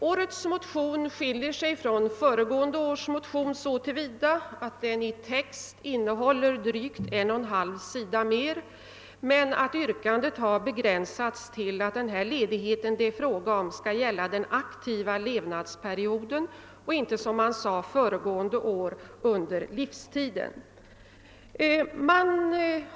Årets motion skiljer sig från föregående års motion så till vida att den i text innehåller drygt en och en halv sida mer, men yrkandet har begränsats till att den ledighet det är fråga om skall gälla den aktiva levnadsperioden och inte, som fallet var föregående år, under livstiden.